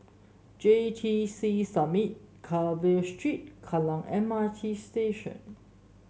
J T C Summit Carver Street Kallang M R T Station